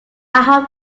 hope